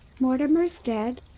mortimer's dead,